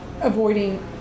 avoiding